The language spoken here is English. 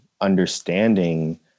understanding